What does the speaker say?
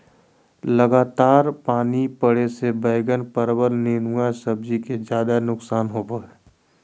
लगातार पानी पड़े से बैगन, परवल, नेनुआ सब्जी के ज्यादा नुकसान होबो हइ